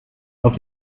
auf